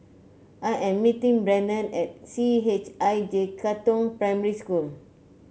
I am meeting Brennen at C H I J Katong Primary School